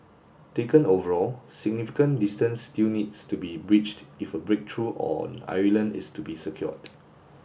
taken overall significant distance still needs to be bridged if a big breakthrough on Ireland is to be secured